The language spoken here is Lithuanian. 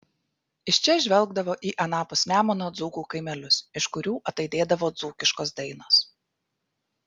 iš čia žvelgdavo į anapus nemuno dzūkų kaimelius iš kurių ataidėdavo dzūkiškos dainos